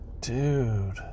Dude